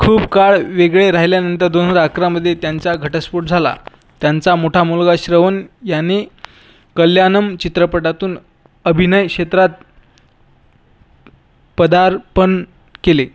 खूप काळ वेगळे राहिल्यानंतर दोन हजार अकरामध्ये त्यांचा घटस्फोट झाला त्यांचा मोठा मुलगा श्रवण याने कल्याणम चित्रपटातून अभिनय क्षेत्रात पदार्पण केले